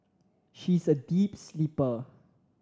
she's a deep sleeper